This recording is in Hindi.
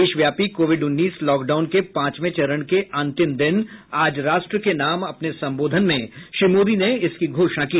देश व्यापी कोविड उन्नीस लॉकडाउन के पांचवे चरण के अंतिम दिन आज राष्ट्र के नाम अपने संबोधन में श्री मोदी ने इसकी घोषणा की